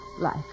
Life